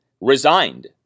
resigned